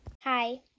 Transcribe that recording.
hi